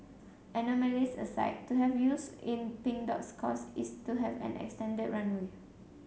anomalies aside to have youths in Pink Dot's cause is to have an extended runway